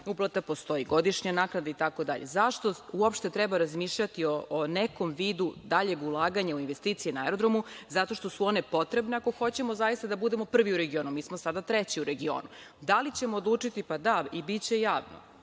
uplata, postoji godišnja naknada itd. Zašto uopšte treba razmišljati o nekom vidu daljeg ulaganja u investicije na aerodromu? Zato što su one potrebne ako hoćemo da budemo zaista prvi u regionu, mi smo sada treći u regionu. Da li ćemo odlučiti? Da, i biće javno.